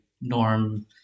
norm